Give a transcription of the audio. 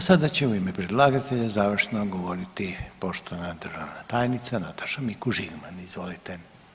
A sada će u ime predlagatelja završno govoriti poštovana državna tajnica Nataša Mikuš Žigman, izvolite.